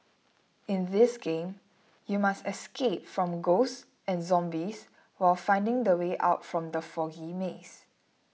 in this game you must escape from ghosts and zombies while finding the way out from the foggy maze